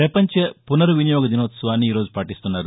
ప్రపంచ పునర్వినియోగ దినోత్సవాన్ని ఈరోజు పాటిస్తున్నారు